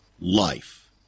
life